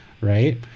right